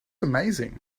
amazing